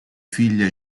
figlie